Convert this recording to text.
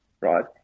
right